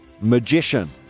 magician